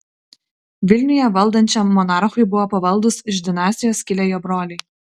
vilniuje valdančiam monarchui buvo pavaldūs iš dinastijos kilę jo broliai